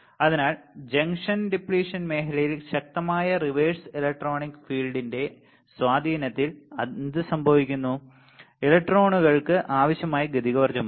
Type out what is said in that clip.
അതിനാൽ junction depletion മേഖലയിൽ ശക്തമായ റിവേഴ്സ് ഇലക്ട്രിക് ഫീൽഡിന്റെ സ്വാധീനത്തിൽ എന്ത് സംഭവിക്കുന്നു ഇലക്ട്രോണുകൾക്ക് ആവശ്യമായ ഗതികോർജ്ജമുണ്ട്